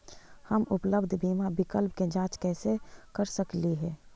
हम उपलब्ध बीमा विकल्प के जांच कैसे कर सकली हे?